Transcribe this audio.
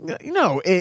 No